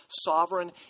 sovereign